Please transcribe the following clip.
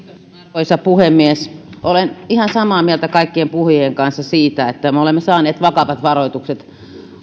arvoisa puhemies olen ihan samaa mieltä kaikkien puhujien kanssa siitä että me olemme saaneet vakavat varoitukset